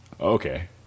Okay